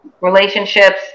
relationships